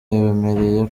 yabemereye